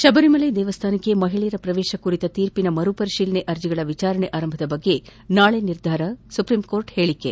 ಶಬರಿ ಮಲ್ಟೆ ದೇವಸ್ಥಾನಕ್ಕೆ ಮಹಿಳೆಯರ ಪ್ರವೇಶ ಕುರಿತ ತೀರ್ಪಿನ ಮರು ಪರಿತೀಲನೆ ಅರ್ಜಗಳ ವಿಚಾರಣೆ ಆರಂಭದ ಬಗ್ಗೆ ನಾಳೆ ನಿರ್ಧರಿಸುವುದಾಗಿ ಸುಪೀಂ ಕೋರ್ಟ್ ಹೇಳಿಕೆ